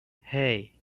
hey